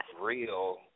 real